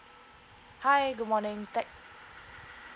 hi good morning